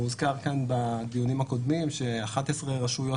הוזכר כאן בדיונים הקודמים ש-11 רשויות